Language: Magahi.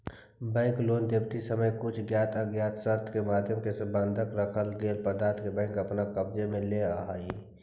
बैंक लोन देवित समय कुछ ज्ञात अज्ञात शर्त के माध्यम से बंधक रखल गेल पदार्थ के बैंक अपन कब्जे में ले लेवऽ हइ